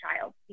child